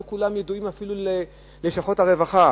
ולא כולם ידועות אפילו ללשכות הרווחה,